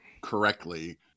correctly